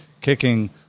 kicking